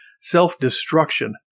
self-destruction